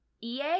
EA